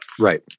Right